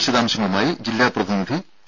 വിശദാംശങ്ങളുമായി ജില്ലാ പ്രതിനിധി പി